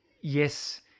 yes